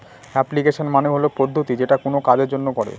application মানে হল পদ্ধতি যেটা কোনো কাজের জন্য করে